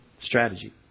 strategy